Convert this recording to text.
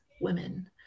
women